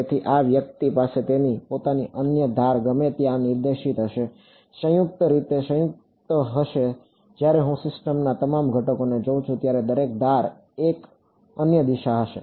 તેથી આ વ્યક્તિ પાસે તેની પોતાની અન્ય ધાર ગમે ત્યાં નિર્દેશિત હશે સંયુક્ત રીતે જ્યારે હું સિસ્ટમના તમામ ઘટકોને જોઉં છું ત્યારે દરેક ધારની એક અનન્ય દિશા હશે